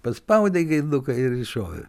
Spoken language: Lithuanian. paspaudei gaiduką ir iššovė